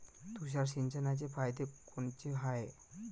तुषार सिंचनाचे फायदे कोनचे हाये?